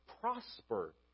prosper